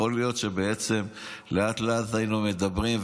יכול להיות שלאט-לאט היינו מדברים,